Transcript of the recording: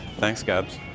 thanks, gabs,